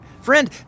friend